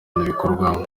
bikorwamo